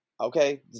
okay